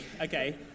okay